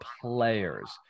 players